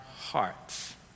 hearts